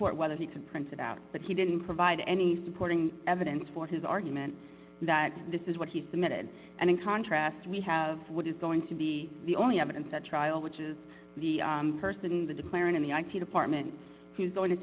court whether he could print it out but he didn't provide any supporting evidence for his argument that this is what he submitted and in contrast we have what is going to be the only evidence at trial which is the person in the declarant in the i q department who's going to